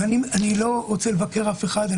אני לא רוצה לבקר אף אחד,